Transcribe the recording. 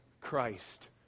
Christ